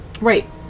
right